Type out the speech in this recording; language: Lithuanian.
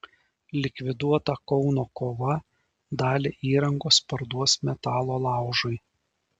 likviduota kauno kova dalį įrangos parduos metalo laužui